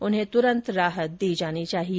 उन्हें तुरन्त राहत दी जानी चाहिए